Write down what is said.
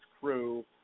crew